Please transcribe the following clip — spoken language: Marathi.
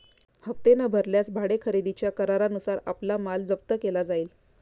हप्ते न भरल्यास भाडे खरेदीच्या करारानुसार आपला माल जप्त केला जाईल